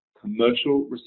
commercial